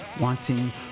wanting